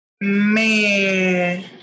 Man